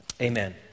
Amen